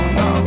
no